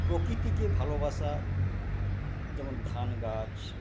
প্রকৃতিকে ভালোবাসা যেমন ধান গাছ